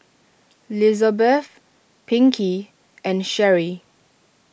Lizabeth Pinkey and Sherri